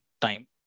time